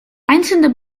einzelne